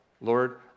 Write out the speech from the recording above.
Lord